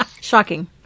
Shocking